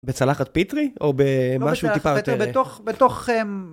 בצלחת פיטרי, או במשהו טיפה יותר? לא בצלחת פיטרי, בתוך...